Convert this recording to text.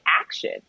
action